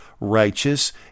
righteous